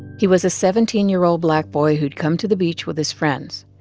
he was a seventeen year old black boy who'd come to the beach with his friends.